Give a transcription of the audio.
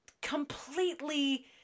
completely